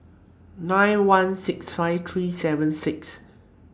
nine one six five three seven six